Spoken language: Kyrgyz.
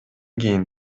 кийин